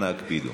אנא הקפידו.